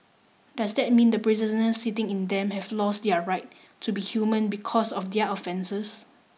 does that mean the prisoners sitting in them have lost their right to be human because of their offences